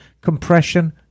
compression